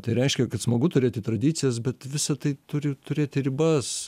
tai reiškia kad smagu turėti tradicijas bet visa tai turi turėti ribas